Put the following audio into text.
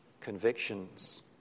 convictions